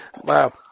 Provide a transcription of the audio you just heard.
Wow